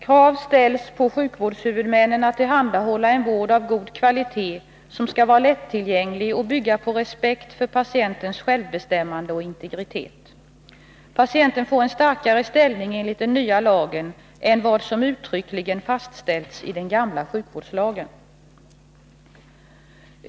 Krav ställs på sjukvårdshuvudmännen att tillhandahålla en vård av god kvalitet som skall vara lättillgänglig och bygga på respekt för patientens självbestämmande och integritet. Patienten får en starkare ställning enligt den nya lagen än vad som uttryckligen fastställts i den gamla sjukvårdslagen.